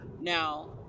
Now